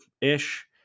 ish